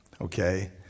Okay